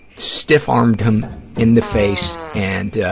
stiff-armed him in the face and